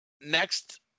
next